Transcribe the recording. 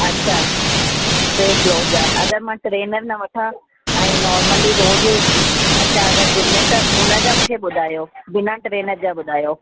अच्छा weight loss जा अगरि मां टे महीना वठा ऐं नॉर्मली रोज अचा अगरि जिम में त उनजा मूंखे ॿुधायो बिना ट्रेनर जा ॿुधायो